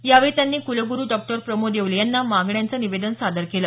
यावेळी त्यांनी कुलगुरू डॉक्टर प्रमोद येवले यांना मागण्यांचं निवेदन सादर केलं